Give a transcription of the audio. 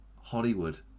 Hollywood